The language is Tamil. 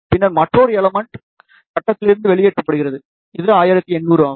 பின்னர் மற்றொரு எலமென்ட் கட்டத்திலிருந்து வெளியேறப்படுகிறது இது 1800 ஆகும்